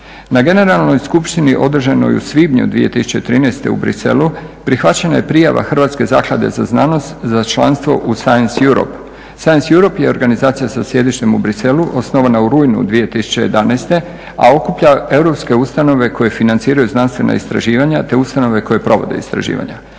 Na generalnoj skupštini održanoj u svibnju 2013. u Bruxellesu prihvaćena je prijava Hrvatske zaklade za znanost za članstvo u Science Europe. Science Europe je organizacija sa sjedištem u Bruxellesu, osnovana u rujnu 2011., a okuplja europske ustanove koje financiraju znanstvena istraživanja te ustanove koje provode istraživanja.